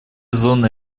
зоны